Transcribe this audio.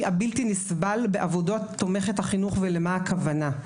הבלתי נסבל בעבודות תומכת החינוך ולמה הכוונה.